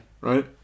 Right